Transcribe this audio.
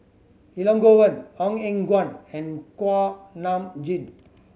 Elangovan Ong Eng Guan and Kuak Nam Jin